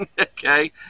okay